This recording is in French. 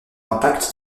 impact